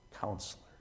counselor